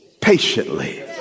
patiently